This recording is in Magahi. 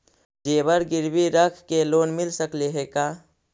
जेबर गिरबी रख के लोन मिल सकले हे का?